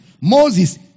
Moses